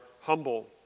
humble